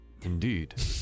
Indeed